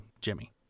Jimmy